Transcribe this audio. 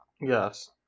Yes